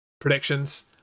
Predictions